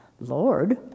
Lord